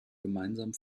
gemeinsam